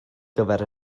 gyfer